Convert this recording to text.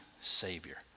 Savior